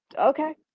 Okay